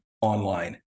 online